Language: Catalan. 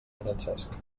francesc